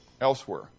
elsewhere